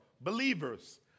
Believers